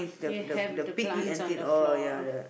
we have the plants on the floor